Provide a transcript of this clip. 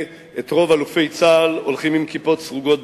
את רוב אלופי צה"ל הולכים עם כיפות סרוגות,